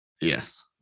yes